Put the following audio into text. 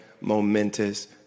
momentous